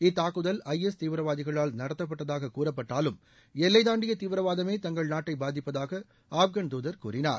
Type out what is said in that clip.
இத்தாக்குதல் I S தீவிரவாதிகளால் நடத்தப்பட்டதாக கூறப்பட்டாலும் எல்லை தாண்டிய தீவிரவாதமே தங்கள் நாட்டை பாதிப்பதாக ஆப்கன் தூதர் கூறினார்